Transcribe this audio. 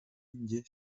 njye